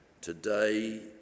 today